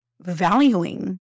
valuing